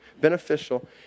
beneficial